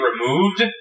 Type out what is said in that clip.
removed